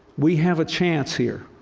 we have a chance here